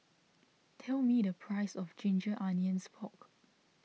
tell me the price of Ginger Onions Pork